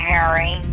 Harry